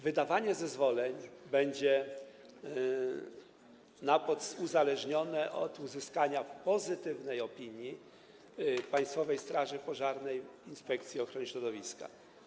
Wydawanie zezwoleń będzie uzależnione od uzyskania pozytywnej opinii Państwowej Straży Pożarnej, Inspekcji Ochrony Środowiska.